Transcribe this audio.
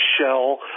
shell